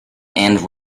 and